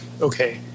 okay